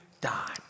die